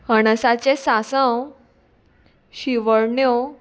हणसाचें सासव शिवण्यो